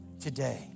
today